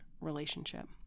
relationship